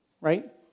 right